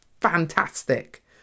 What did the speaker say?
fantastic